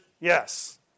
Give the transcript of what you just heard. yes